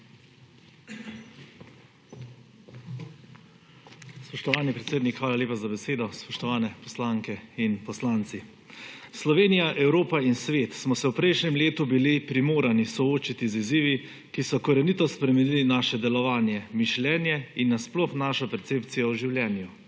Spoštovani predsednik, hvala lepa za besedo. Spoštovani poslanke in poslanci! Slovenija, Evropa in svet smo v prejšnjem letu bili primorani se soočiti z izzivi, ki so korenito spremenili naše delovanje, mišljenje in na sploh našo percepcijo o življenju.